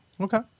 Okay